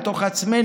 אל תוך עצמנו,